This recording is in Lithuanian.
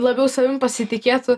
labiau savim pasitikėtų